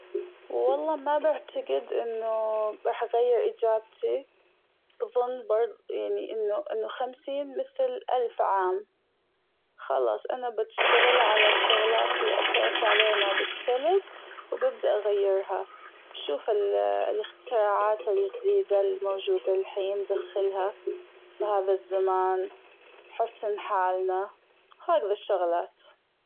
والله ما بعتجد إنه راح غير أجابتي بظن بر- يعني إنه إنه خمسين مثل ألف عام خلاص أنا بشتغل على الشغلات اللي أثرت علينا بالسلب وببدأ غيرها بشوف ال- الأختراعات الجديدة اللى موجودة الحين بدخلها بهذا الزمان نحسن حالنا هذى الشغلات.